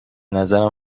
نظرم